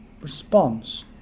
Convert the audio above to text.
response